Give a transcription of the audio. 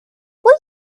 will